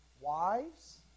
Wives